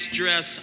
dress